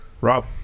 Rob